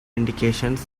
indications